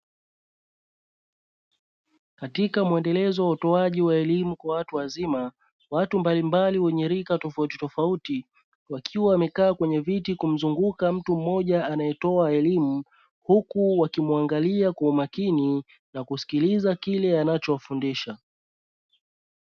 Katika muendelezo wa utoaji wa elimu kwa watu wazima, watu mbalimbali wenye rika tofauti tofauti wakiwa wamekaa kwenye viti kumzunguka mtu mmoja anayetoa elimu huku wakimuangalia kwa umakini na kumsikiliza kile anacho wafundisha.